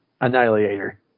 Annihilator